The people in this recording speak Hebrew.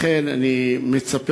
לכן אני מצפה,